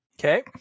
Okay